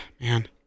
Man